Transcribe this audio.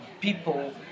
people